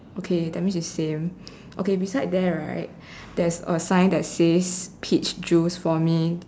okay that means is same okay beside there right there's a sign that says peach juice for me